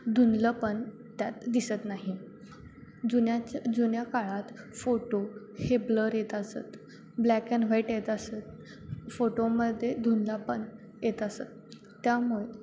धुंधलंपण त्यात दिसत नाही जुन्याच्या जुन्या काळात फोटो हे ब्लर येत असत ब्लॅक अँड व्हाईट येत असत फोटोमध्ये धुंधलंपण येत असत त्यामुळे